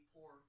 poor